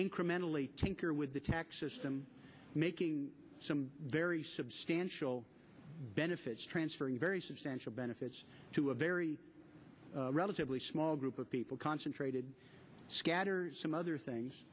incrementally tinker with the tax system making some very substantial benefits transferring very substantial benefits to a very relatively small group of people concentrated scatters some other things